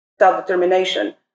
self-determination